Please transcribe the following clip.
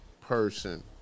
person